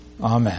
Amen